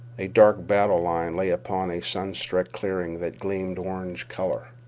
a dark battle line lay upon a sunstruck clearing that gleamed orange color.